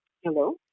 Hello